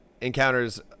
encounters